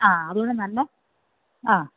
ആ അതുകൊണ്ട് നല്ല ആ